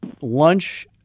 lunch